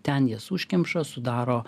ten jas užkemša sudaro